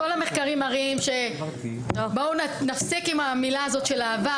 כל המחקרים מראים שבואו נפסיק עם המילה הזאת של אהבה,